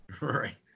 Right